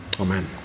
Amen